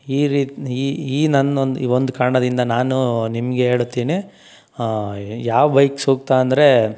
ಈ ರೀತಿ ಈ ಈ ನನ್ನ ಒಂದು ಈ ಒಂದು ಕಾರಣದಿಂದ ನಾನು ನಿಮಗೆ ಹೇಳುತ್ತೀನಿ ಯಾವ ಬೈಕ್ ಸೂಕ್ತ ಅಂದರೆ